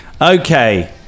Okay